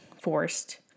forced